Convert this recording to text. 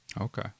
Okay